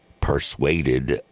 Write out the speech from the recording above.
persuaded